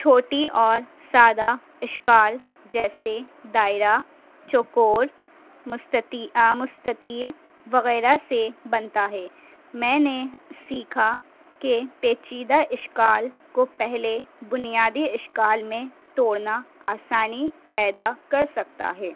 چھوٹی اور سادہ اشکال جیسے دائرہ چکور مستطل وغیرہ سے بنتا ہے میں نے سیکھا کہ پیچیدہ اشکال کو پہلے بنیادی اشکال میں توڑنا آسانی پیدا کر سکتا ہے